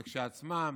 כשלעצמם,